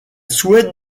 souhaite